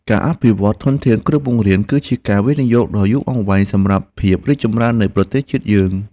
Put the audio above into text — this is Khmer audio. ការអភិវឌ្ឍន៍ធនធានគ្រូបង្រៀនគឺជាការវិនិយោគដ៏យូរអង្វែងសម្រាប់ភាពរីកចម្រើននៃប្រទេសជាតិយើង។